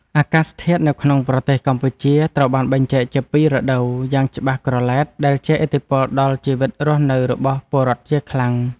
អាកាសធាតុនៅក្នុងប្រទេសកម្ពុជាត្រូវបានបែងចែកជាពីររដូវយ៉ាងច្បាស់ក្រឡែតដែលជះឥទ្ធិពលដល់ជីវិតរស់នៅរបស់ពលរដ្ឋជាខ្លាំង។